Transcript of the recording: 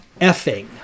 effing